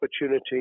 opportunity